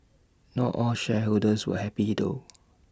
not all shareholders were happy though